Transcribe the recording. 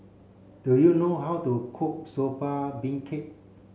do you know how to cook Soba Beancurd